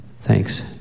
Thanks